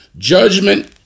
Judgment